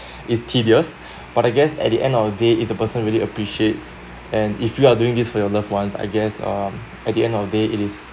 is tedious but I guess at the end of the day if the person really appreciates and if you are doing this for your love ones I guess um at the end of the day it is